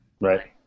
Right